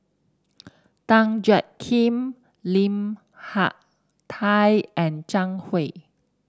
Tan Jiak Kim Lim Hak Tai and Zhang Hui